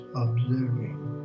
observing